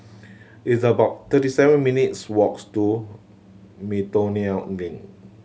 it's about thirty seven minutes' walks to Miltonia Link